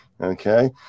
Okay